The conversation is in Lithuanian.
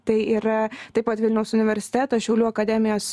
tai yra taip pat vilniaus universiteto šiaulių akademijos